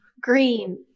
Green